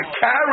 carry